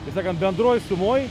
tai sakant bendroj sumoj